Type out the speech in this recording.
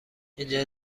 اینجا